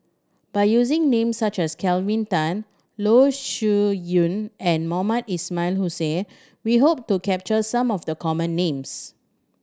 by using names such as Kelvin Tan Loh Yun and Mohamed Ismail Hussain we hope to capture some of the common names